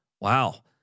Wow